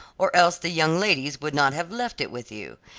or else the young ladies would not have left it with you.